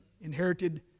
inherited